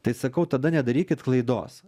tai sakau tada nedarykit klaidos